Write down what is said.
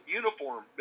uniform